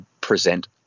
present